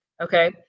okay